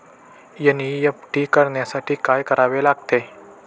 NEFT करण्यासाठी काय करावे लागते?